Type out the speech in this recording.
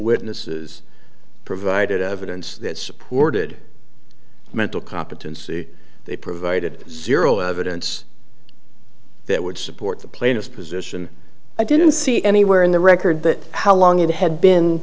witnesses provided evidence that supported mental competency they provided zero evidence that would support the plaintiffs position i didn't see anywhere in the record that how long it had been